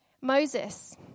Moses